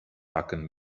backen